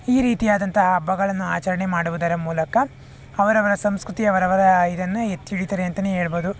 ಈ ರೀತಿಯಾದಂಥ ಹಬ್ಬಗಳನ್ನು ಆಚರಣೆ ಮಾಡುವುದರ ಮೂಲಕ ಅವರವರ ಸಂಸ್ಕೃತಿ ಅವರವರ ಇದನ್ನು ಎತ್ತಿ ಹಿಡಿತಾರೆ ಅಂತಲೇ ಹೇಳ್ಬೋದು